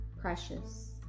precious